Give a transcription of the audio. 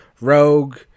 rogue